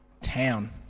town